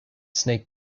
snake